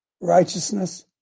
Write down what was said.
righteousness